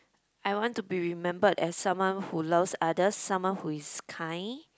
I want to be remembered as someone who loves others someone who is kind